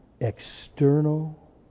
external